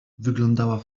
wyglądała